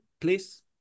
please